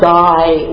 die